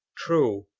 true,